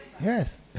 Yes